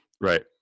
Right